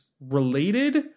related